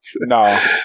No